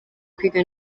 kwiga